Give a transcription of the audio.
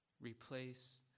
replace